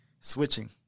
switching